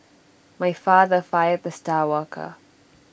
my father fired the star worker